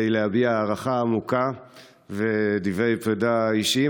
להביע הערכה עמוקה ודברי פרידה אישיים,